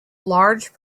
large